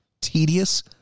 Tedious